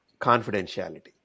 confidentiality